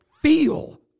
feel